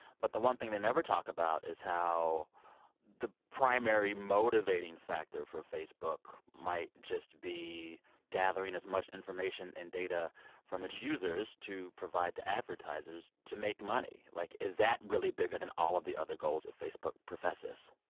but the one thing they never talk about is how the primary motivating factor for facebook might just be gathering as much information and data from its users to provide to advertisers to make money. like, is that really bigger than all of the other goals that facebook professes?